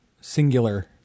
singular